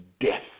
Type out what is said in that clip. death